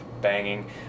banging